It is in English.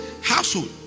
household